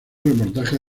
reportaje